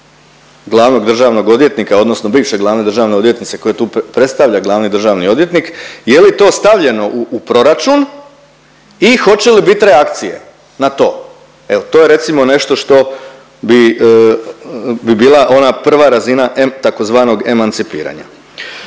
glavnog državnog odvjetnika, odnosno bivše glavne državne odvjetnice koju tu predstavlja glavni državni odvjetnik je li to stavljeno u proračun i hoće li bit reakcije na to. Evo to je recimo nešto što bi bila ona prva razina tzv. emancipiranja.